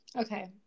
Okay